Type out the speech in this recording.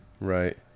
Right